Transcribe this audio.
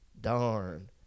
Darn